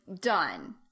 done